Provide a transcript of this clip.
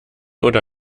oder